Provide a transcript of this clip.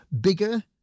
Bigger